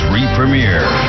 Re-Premiere